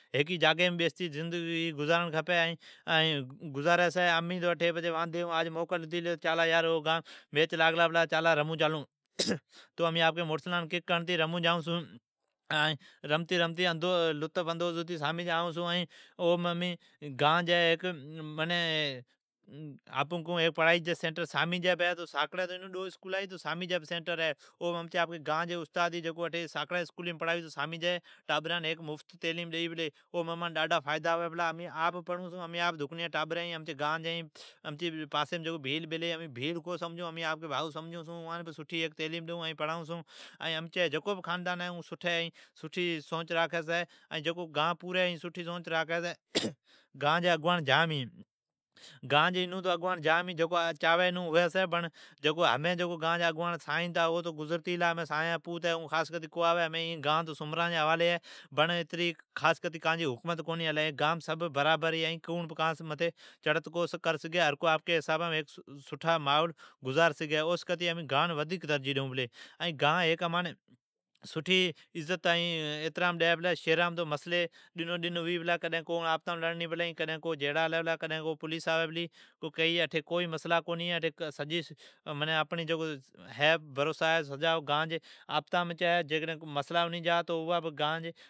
ھیکی جگائیم بیستی زندگی گزارڑ کھپی ائین گزاری سی۔ امین تو پچھی واندھی ھون کڈھن کیئی او گانم میچ ہئ چالا رمون چالون۔ اپکی موٹرسائیکلان کک ھڑتی جائون بولی ائین لطفندوس ھتی پوٹھی آئون چھون۔ ائین گان جی ھیک سامی جی سینٹر ہے، ائین ڈو اسکولا بھی ھی جکو استاد اسکولیم پڑھاوی چھی اوی بڑی سامی جی ٹابران مفت تعلیم ڈیئی چھی، ائی امینآپ بھی پڑھون چھون۔ امچی جکو ٹابرین ھی ائی جکو پاسیم بھیل بیلی ھی اوان امین آپکی بھائون کرتی راکھون چھون ائین ایا جی ٹابران بھی سٹھی تعلیم ڈیئون چھون۔ گان جی اگواڑ گام ھی پیرین جکو موٹا اگواڑ ھتا سائین او گزرتی گلا۔ ائین ھمین او جی پوت ہے۔ اون آوی کونی چھی۔ ھمین این گان سومران جی ھوالی ہے۔ پر اٹھی کوڑ کان متھی چڑت کونی کر سگھی ھکجھڑی ھی آپکی حسابا سون زندگی گزار سگھی۔ او سون کرتی امین گان ودھیک ترجیھ ڈیئون پلی۔ گان امان عزت ائی احترام ڈی پلی۔ شھرام تو مسلی ھوی پلی کوڑ جھیڑا کری پلی۔ اٹھی کوئی مسلا کونی ہے جیکدھن کو مسلا ھتی جا گان جین منکھی سلجھا چھوڑی چھی۔